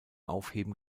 aufheben